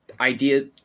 idea